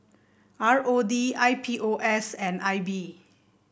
R O D I P O S and I B